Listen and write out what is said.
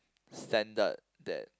standard that